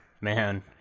man